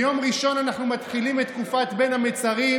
ביום ראשון אנחנו מתחילים את תקופת בין המצרים,